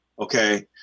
okay